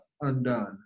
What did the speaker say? undone